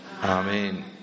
Amen